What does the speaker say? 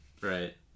right